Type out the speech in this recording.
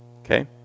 Okay